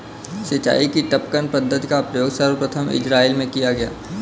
सिंचाई की टपकन पद्धति का प्रयोग सर्वप्रथम इज़राइल में किया गया